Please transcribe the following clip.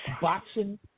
boxing